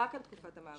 רק על תקופת המעבר.